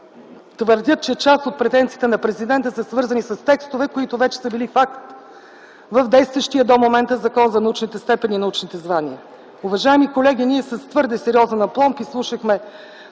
твърдят, че част от претенциите на президента са свързани с текстове, които вече са били факт в действащия до момента Закон за научните степени и научните звания. Уважаеми колеги, ние с твърде сериозен апломб изслушахме